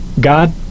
God